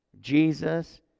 Jesus